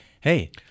Hey